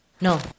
No